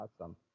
Awesome